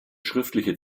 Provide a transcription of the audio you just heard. schriftliche